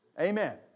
Amen